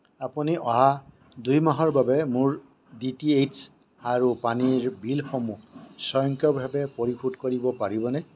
আপুনি অহা দুই মাহৰ বাবে মোৰ ডি টি এইচ আৰু পানীৰ বিলসমূহ স্বয়ংক্ৰিয়ভাৱে পৰিশোধ কৰিব পাৰিবনে